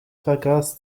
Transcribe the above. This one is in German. vergaß